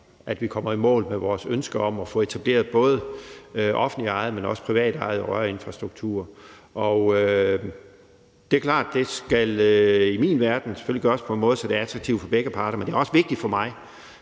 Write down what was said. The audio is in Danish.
at vi kommer i mål med vores ønske om at få etableret både offentligt ejet, men også privat ejet rørinfrastruktur. Det er klart, i hvert fald i min verden, at det skal gøres på en måde, så det er attraktivt for begge parter. Men det er også vigtigt for mig